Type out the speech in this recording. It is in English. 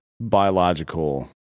biological